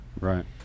Right